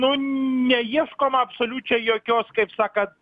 nu neieškoma absoliučiai jokios kaip sakant